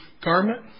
garment